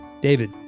david